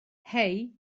hei